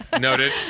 noted